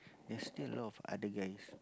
there's still a lot of other guys